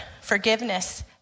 Forgiveness